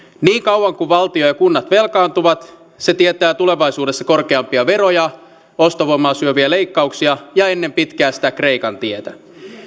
niin kauan kuin valtio ja kunnat velkaantuvat se tietää tulevaisuudessa korkeampia veroja ostovoimaa syöviä leikkauksia ja ennen pitkää sitä kreikan tietä